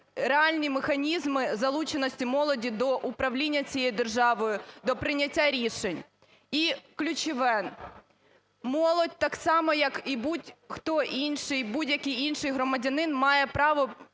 реальні механізми залученості молоді до управління цією державою, до прийняття рішень. І ключове: молодь так само, як і будь-хто інший, будь-який інший громадянин має право